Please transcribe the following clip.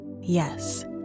Yes